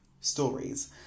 stories